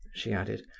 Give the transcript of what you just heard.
she added,